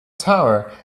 tower